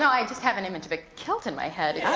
i just have an image of a kilt in my head, yeah